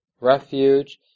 refuge